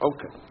Okay